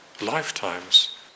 lifetimes